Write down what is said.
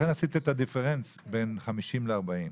לכן עשיתי את ההבדל בין 50 ל-40.